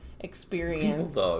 Experience